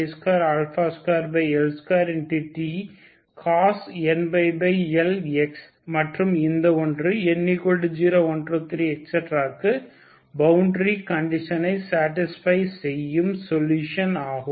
cos nπLx மற்றும் இந்த ஒன்றுn0123க்கும் பவுண்டரி கண்டிஷனை சேடிஸ்பை செய்யும் சொலுஷன் ஆகும்